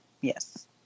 Yes